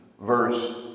verse